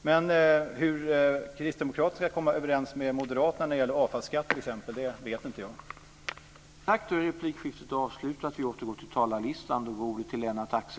Men hur Kristdemokraterna ska kunna komma överens med Moderaterna när det gäller t.ex. avfallsskatten vet jag inte.